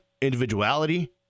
individuality